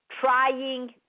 trying